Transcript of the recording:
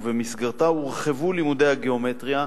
ובמסגרתה הורחבו לימודי הגיאומטריה,